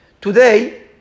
Today